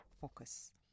focus